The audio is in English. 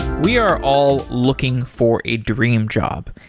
we are all looking for a dream job,